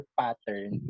pattern